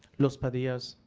los padillas,